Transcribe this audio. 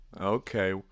Okay